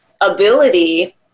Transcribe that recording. ability